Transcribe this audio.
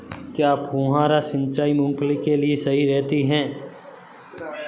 क्या फुहारा सिंचाई मूंगफली के लिए सही रहती है?